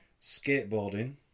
Skateboarding